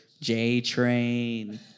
J-Train